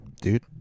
Dude